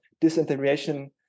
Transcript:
disintegration